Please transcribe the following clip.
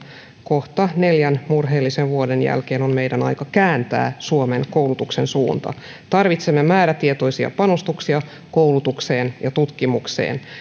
kohta neljän murheellisen vuoden jälkeen on meidän aika kääntää suomen koulutuksen suunta tarvitsemme määrätietoisia panostuksia koulutukseen ja tutkimukseen